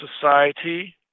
society